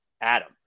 Adam